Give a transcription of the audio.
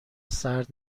سرد